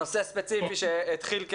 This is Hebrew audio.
הנושא הספציפי שהתחיל,